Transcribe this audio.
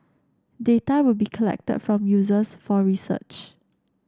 data will be collected from users for research